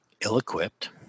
ill-equipped